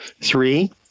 Three